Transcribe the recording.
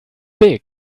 big